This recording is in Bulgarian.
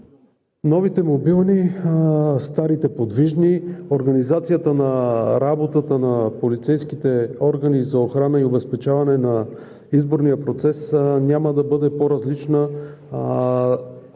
Новите мобилни, старите подвижни. Организацията на работата на полицейските органи за охрана и обезпечаване на изборния процес няма да бъде по-различна от